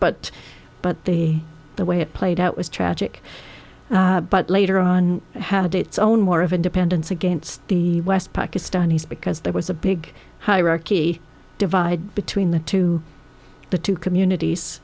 but but the the way it played out was tragic but later on had its own war of independence against the west pakistanis because there was a big hierarchy divide between the two the two communities